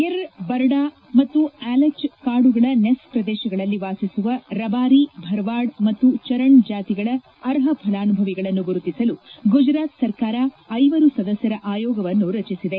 ಗಿರ್ ಬರ್ಡಾ ಮತ್ತು ಆಲೆಚ್ ಕಾಡುಗಳ ನೆಸ್ ಪ್ರದೇಶಗಳಲ್ಲಿ ವಾಸಿಸುವ ರಬಾರಿ ಭರವಾಡ್ ಮತ್ತು ಚರಣ್ ಜಾತಿಗಳ ಅರ್ಹ ಫಲಾನುಭವಿಗಳನ್ನು ಗುರುತಿಸಲು ಗುಜರಾತ್ ಸರ್ಕಾರ ಐವರು ಸದಸ್ಯರ ಆಯೋಗವನ್ನು ರಚಿಸಿದೆ